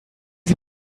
sie